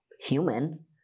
human